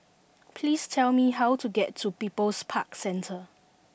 please tell me how to get to People's Park Centre